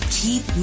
keep